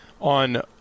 on